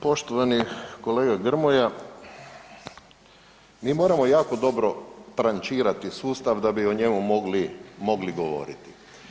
Poštovani kolega Grmoja, mi moramo jako dobro trančirati sustav da bi o njemu mogli govoriti.